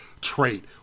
trait